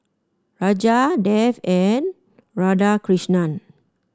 Raja Dev and Radhakrishnan